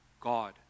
God